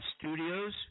Studios